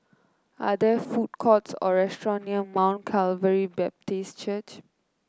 are there food courts or restaurants near Mount Calvary Baptist Church